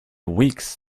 weeks